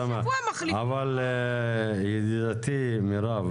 ידידתי מירב,